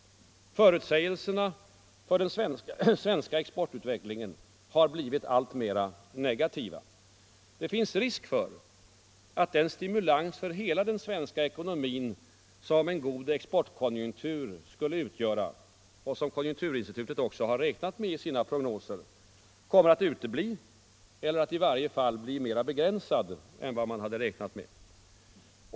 Förutsägelserna för den svenska exportutvecklingen har blivit alltmera negativa. Det finns risk för att den stimulans för hela den svenska ekonomin som en god exportkonjunktur skulle utgöra och som konjunkturinstitutet också har att räkna med i sina prognoser kommer att utebli eller i varje fall bli mera begränsad än vad man hade räknat med.